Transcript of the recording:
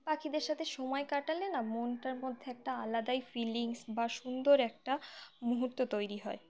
পাখিদের সাথে সময় কাটালে না মনটার মধ্যে একটা আলাদাই ফিলিংস বা সুন্দর একটা মুহূর্ত তৈরি হয়